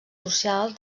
socials